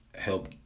help